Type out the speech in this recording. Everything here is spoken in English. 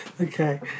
okay